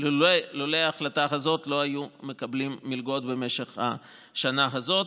ולולא ההחלטה הזאת הם לא היו מקבלים מלגות במשך השנה הזאת.